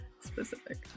specific